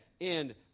end